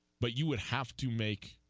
but you would have to make